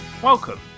Welcome